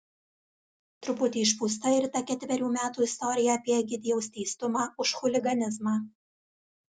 truputį išpūsta ir ta ketverių metų istorija apie egidijaus teistumą už chuliganizmą